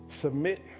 submit